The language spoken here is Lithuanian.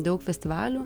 daug festivalių